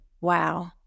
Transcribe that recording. Wow